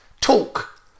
talk